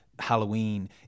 halloween